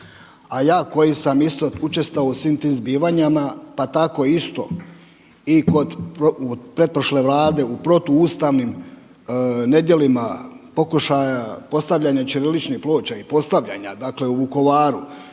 A ja koji sam isto učestvovao svim tim zbivanjima, pa tako isto i kod pretprošle Vlade u protu ustavnim nedjelima pokušaja postavljanja ćirilićnih ploča i postavljanja, dakle u Vukovaru